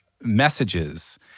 messages